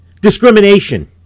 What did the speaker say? discrimination